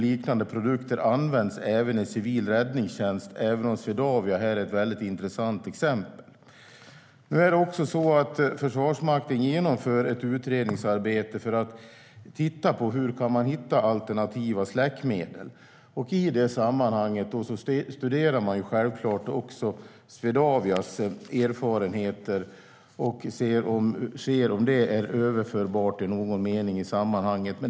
Liknande produkter används i civil räddningstjänst, även om Swedavia är ett väldigt intressant exempel. Nu är det också så att Försvarsmakten genomför ett utredningsarbete för att titta på hur man kan hitta alternativa släckmedel, och i det sammanhanget studerar man självklart Swedavias erfarenheter och ser om det i någon mening är överförbart i sammanhanget.